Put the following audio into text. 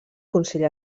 consell